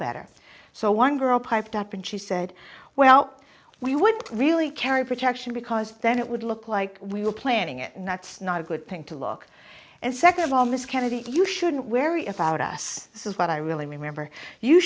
better so one girl piped up and she said well we wouldn't really carry protection because then it would look like we were planning it next not a good thing to look and second of all miss kennedy you shouldn't wary about us this is what i really remember you